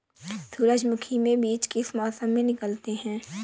सूरजमुखी में बीज किस मौसम में निकलते हैं?